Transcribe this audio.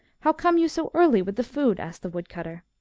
how come you so early with the food? asked the woodcutter.